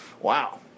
Wow